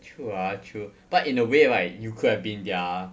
true lah true but in a way right you could have been their